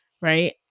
right